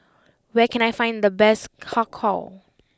where can I find the best Har Kow